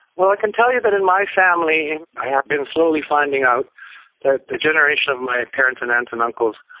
well, i can tell you that in my family, and i have been slowly finding out that a generation of my parents and aunts and uncles,